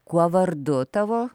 kuo vardu tavo